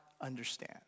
understand